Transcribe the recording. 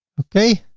okay.